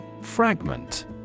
Fragment